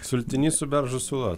sultinys su beržo sula